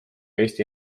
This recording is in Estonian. eesti